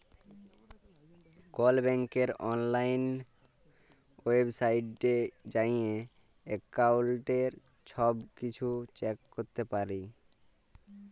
call ব্যাংকের অললাইল ওয়েবসাইটে যাঁয়ে এক্কাউল্টের ছব কিছু চ্যাক ক্যরতে পারি